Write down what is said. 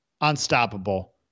unstoppable